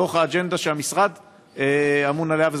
בתוך האג'נדה שהמשרד אמון עליה,